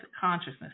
consciousness